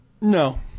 No